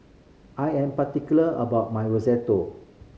I am particular about my Risotto